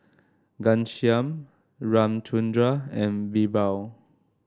Ghanshyam Ramchundra and BirbaL